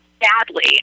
badly